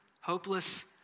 hopeless